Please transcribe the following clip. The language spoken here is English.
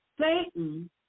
Satan